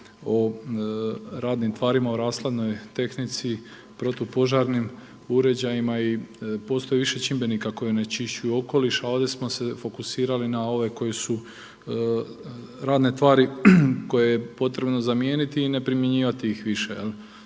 o radnim tvarima u rashladnoj tehnici, protupožarnim uređajima i postoji više čimbenika koji onečišćuju okoliš, a ovdje smo se fokusirali na ove koji su radne tvari koje je potrebno zamijeniti i ne primjenjivati ih više.